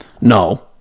No